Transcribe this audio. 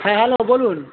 হ্যাঁ হ্যালো বলুন